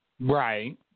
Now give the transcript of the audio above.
Right